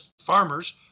farmers